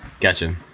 Gotcha